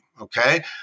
Okay